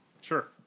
Sure